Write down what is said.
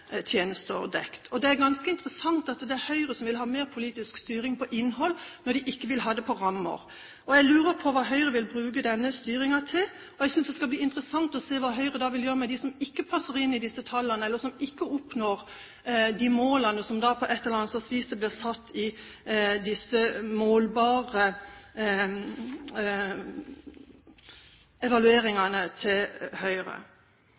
tjenester dekket. Det er ganske interessant at det er Høyre som vil ha mer politisk styring på innhold når de ikke vil ha det på rammer. Jeg lurer på hva Høyre vil bruke denne styringen til. Det skal bli interessant å se hva Høyre vil gjøre med dem som ikke passer inn i disse tallene, eller som ikke oppnår de målene som på et eller annet slags vis blir satt i disse målbare evalueringene til Høyre.